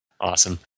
Awesome